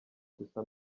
gusa